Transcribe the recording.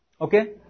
Okay